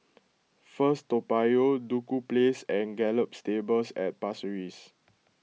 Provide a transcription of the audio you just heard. First Toa Payoh Duku Place and Gallop Stables at Pasir Ris